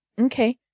Okay